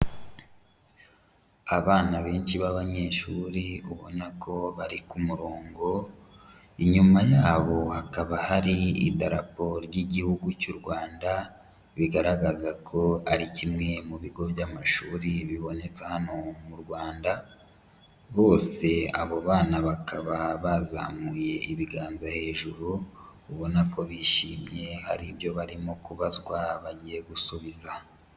Abana benshi b'abanyeshuri ubona ko bari ku murongo, inyuma yabo hakaba hari idarapo ry'igihugu cy'u Rwanda, bigaragaza ko ari kimwe mu bigo by'amashuri biboneka hano mu Rwanda, bose abo bana bakaba bazamuye ibiganza hejuru, ubona ko bishimye hari ibyo barimo kubazwa bagiye gusubiza.